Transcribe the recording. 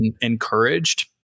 encouraged